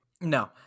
no